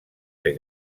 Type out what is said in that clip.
ser